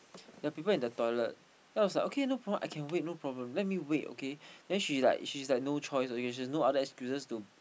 there are people in the toilet then I was like okay no problem I can wait no problem let me wait okay then she like she's like no choice already she has no other excuses to